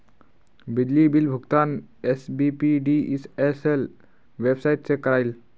बिजली बिल भुगतान SBPDCL website से क्रॉइल